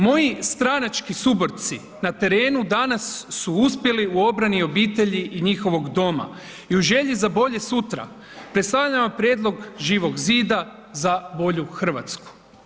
Moji stranački suborci na terenu danas su uspjeli u obrani obitelji i njihovog doma i u želji za bolje sutra, predstavljam vam prijedlog Živog zida za bolju Hrvatsku.